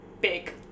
big